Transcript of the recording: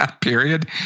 period